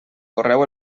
correu